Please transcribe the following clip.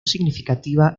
significativa